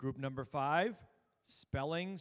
group number five spelling